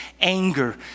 anger